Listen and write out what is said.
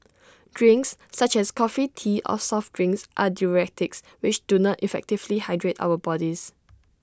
drinks such as coffee tea or soft drinks are diuretics which do not effectively hydrate our bodies